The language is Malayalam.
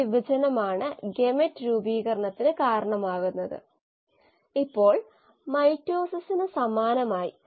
സബ്സ്ട്രേറ്റുകൾ ഒരു സബ്സ്ട്രേറ്റ് എന്താണെന്ന് നമ്മൾ ഇതിനകം കണ്ടു ഇപ്പോൾ വിശദമായി കോശങ്ങളുടെ വർധനയിലൂടെയും ബയോ ഉൽപ്പന്നങ്ങളിലൂടെയും കോശങ്ങളിലേക്കു പരിവർത്തനം ചെയ്യുന്നത് നമ്മൾ കാണും